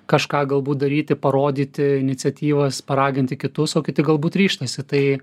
kažką galbūt daryti parodyti iniciatyvas paraginti kitus o kiti galbūt ryžtasi tai